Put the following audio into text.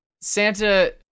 Santa